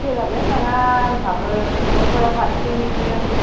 सोलाबलाय लाङा आंहाबो न'फोराव हारसिंजों